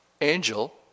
angel